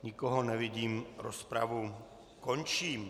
Nikoho nevidím, rozpravu končím.